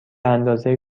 اندازه